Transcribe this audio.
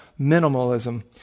minimalism